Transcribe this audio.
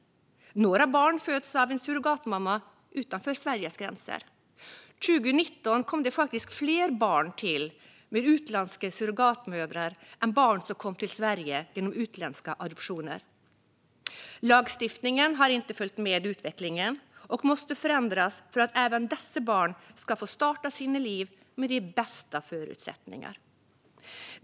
Några barn föds av en surrogatmamma utanför Sveriges gränser. År 2019 kom faktiskt fler barn till med utländska surrogatmödrar än det var barn som kom till Sverige genom utländska adoptioner. Lagstiftningen har inte följt med utvecklingen och måste förändras för att även dessa barn ska få starta sina liv med de bästa förutsättningar.